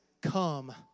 Come